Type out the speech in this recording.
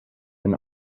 and